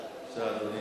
דקות.